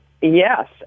Yes